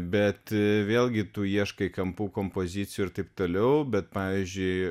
bet vėlgi tu ieškai kampų kompozicijų ir taip toliau bet pavyzdžiui